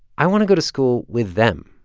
i want to go to school with them.